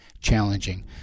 challenging